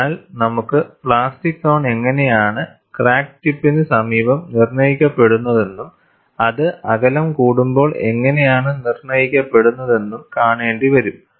അതിനാൽ നമുക്ക് plastic zone എങ്ങനെയാണ് ക്രാക്ക് ടിപ്പിന് സമീപം നിർണ്ണയിക്കപ്പെടുന്നതെന്നും അത് അകലം കൂടുമ്പോൾ എങ്ങനെയാണ് നിർണ്ണയിക്കപ്പെടുന്നതെന്നും കാണേണ്ടി വരും